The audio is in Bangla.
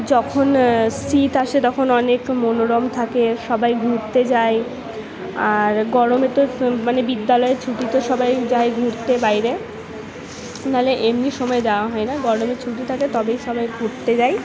যখন শীত আসে তখন অনেক মনোরম থাকে সবাই ঘুরতে যায় আর গরমে তো মানে বিদ্যালয়ের ছুটিতে সবাই যায় ঘুরতে বাইরে নাহলে এমনি সময় যাওয়া হয় না গরমের ছুটি থাকে তবেই সবাই ঘুরতে যায়